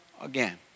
again